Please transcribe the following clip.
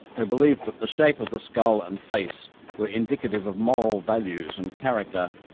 who believed that the shape of the skull and face were indicative of moral values and character,